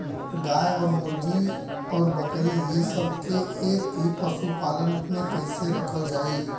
गाय और मुर्गी और बकरी ये सब के एक ही पशुपालन में कइसे रखल जाई?